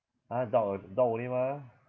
!huh! dog on~ dog only mah